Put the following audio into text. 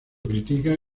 critica